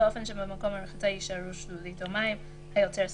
באופן שבמקום הרחיצה יישארו שלולית או מים --- היוצר סכנה".